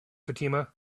fatima